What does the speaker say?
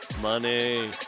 Money